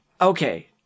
okay